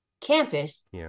campus